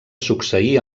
succeir